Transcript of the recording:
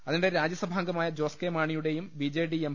അതിനിടെ രാജ്യസഭാംഗമായ ജോസ് കെ മാണിയു ടെയും ബി ജെ ഡി എം